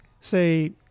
say